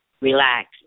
relax